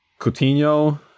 Coutinho